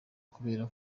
kubera